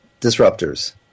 disruptors